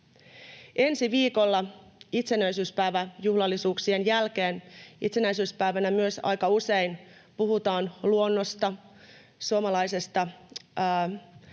Ensi viikolla itsenäisyyspäiväjuhlallisuuksien jälkeen — itsenäisyyspäivänä myös aika usein puhutaan luonnosta, suomalaisesta